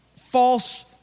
false